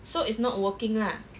so it's not working lah